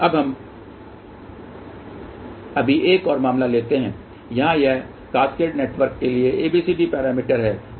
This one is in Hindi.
अब हम अभी एक और मामला लेते हैं यहां यह कास्केडेड नेटवर्क के लिए ABCD पैरामीटर है